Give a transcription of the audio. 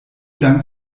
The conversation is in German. dank